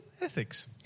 Ethics